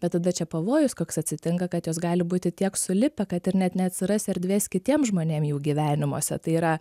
bet tada čia pavojus koks atsitinka kad jos gali būti tiek sulipę kad ir net neatsiras erdvės kitiem žmonėm jų gyvenimuose tai yra